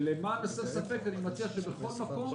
למען הסר ספק, אני מציע שבכל מקום